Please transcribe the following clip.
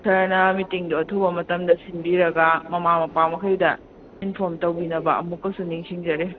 ꯁꯥꯔꯅ ꯃꯤꯇꯤꯡꯗꯣ ꯑꯊꯨꯕꯥ ꯃꯇꯝꯗ ꯁꯤꯟꯕꯤꯔꯒ ꯃꯃꯥ ꯃꯄꯥ ꯃꯈꯩꯗ ꯏꯟꯐꯣꯔꯝ ꯇꯧꯕꯤꯅ ꯑꯃꯨꯛꯀꯁꯨ ꯅꯤꯡꯁꯤꯡꯖꯔꯤ